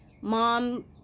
mom